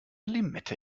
limette